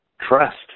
trust